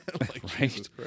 Right